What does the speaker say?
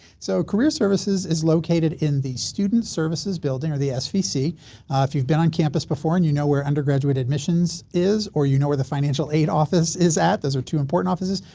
so, career services is located in the student services building or the svc if you've been on campus before and you know where undergraduate admissions is or you know where the financial aid office is at, those are two important offices,